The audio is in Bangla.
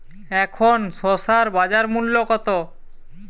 এখন শসার বাজার মূল্য কত?